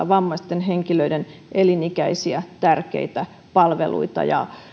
vammaisten henkilöiden elinikäisiä tärkeitä palveluita ei pidä kilpailuttaa ja